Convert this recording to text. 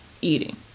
eating